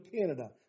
Canada